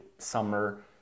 summer